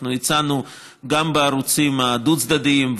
אנחנו הצענו גם בערוצים הדו-צדדיים,